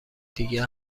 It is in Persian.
دیگه